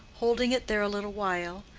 holding it there a little while,